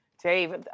Dave